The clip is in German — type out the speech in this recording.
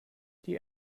die